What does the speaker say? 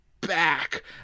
back